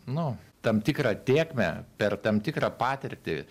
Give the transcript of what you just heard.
nu tam tikrą tėkmę per tam tikrą patirtį